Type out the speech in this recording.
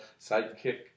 sidekick